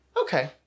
Okay